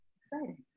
Exciting